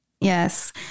Yes